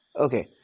Okay